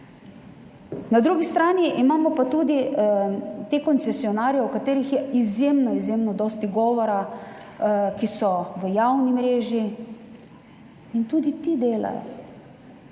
Na drugi strani imamo pa tudi te koncesionarje, o katerih je izjemno dosti govora, ki so v javni mreži, in tudi ti delajo.